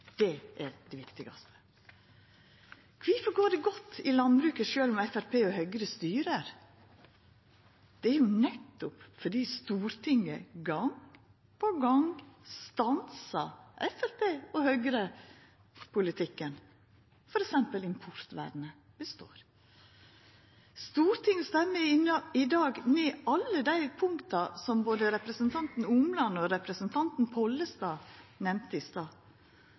Det er det viktigaste. Kvifor går det godt i landbruket sjølv om Framstegspartiet og Høgre styrer? Det er jo nettopp fordi Stortinget gong på gong stansar politikken til Framstegspartiet og Høgre, f.eks. består importvernet. Stortinget stemmer i dag ned alle dei punkta som både representanten Omland og representanten Pollestad nemnde i stad,